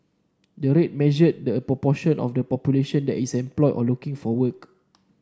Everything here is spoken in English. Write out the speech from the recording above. the rate measure the proportion of the population that is employed or looking for work